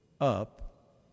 up